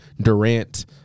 Durant